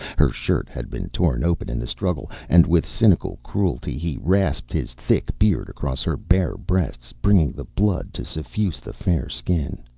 her shirt had been torn open in the struggle, and with cynical cruelty he rasped his thick beard across her bare breasts, bringing the blood to suffuse the fair skin,